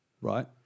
Right